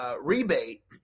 rebate